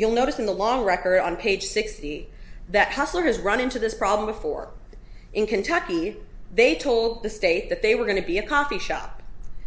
you'll notice in the long record on page sixty that hustler is run into this problem before in kentucky they told the state that they were going to be a coffee shop